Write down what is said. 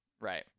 Right